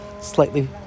slightly